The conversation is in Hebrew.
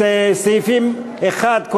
סעיפים 1 3,